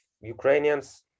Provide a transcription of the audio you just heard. Ukrainians